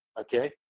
Okay